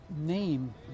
name